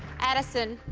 addison,